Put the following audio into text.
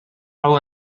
raibh